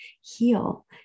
heal